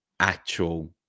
actual